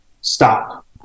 stop